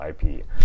IP